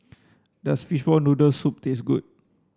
does fishball noodle soup taste good